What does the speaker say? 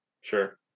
Sure